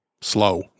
slow